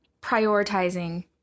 prioritizing